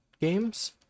games